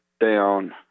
down